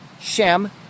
Shem